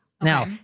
Now